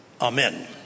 Amen